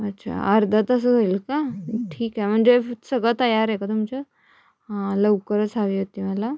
अच्छा अर्धा तासात होईल का ठीक आहे म्हणजे सगळं तयार आहे का तुमचं हां लवकरच हवी होती मला